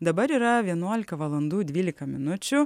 dabar yra vienuolika valandų dvylika minučių